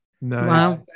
nice